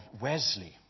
Wesley